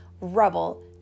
Rubble